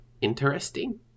interesting